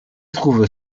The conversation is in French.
trouve